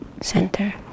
Center